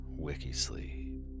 Wikisleep